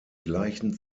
gleichen